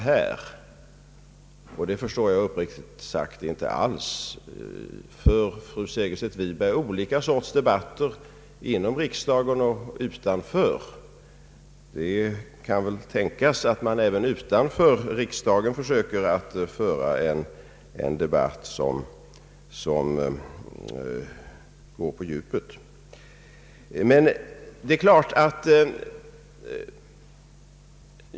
Det förstår jag uppriktigt sagt inte alls. För fru Segerstedt Wiberg olika debatter inom riksdagen och utanför den? Det kan väl tänkas att man även utanför riksdagen söker föra en debatt som går på djupet.